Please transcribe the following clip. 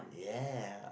ya